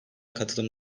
katılım